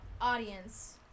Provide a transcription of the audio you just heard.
audience